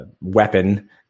weapon